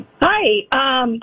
Hi